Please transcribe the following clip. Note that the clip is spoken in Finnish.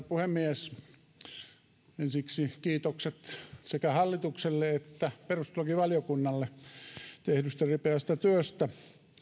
puhemies ensiksi kiitokset sekä hallitukselle että perustuslakivaliokunnalle tehdystä ripeästä työstä